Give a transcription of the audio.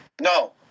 No